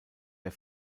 der